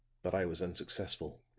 but i was unsuccessful.